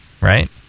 right